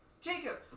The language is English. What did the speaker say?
Jacob